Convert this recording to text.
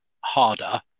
harder